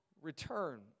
return